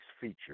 feature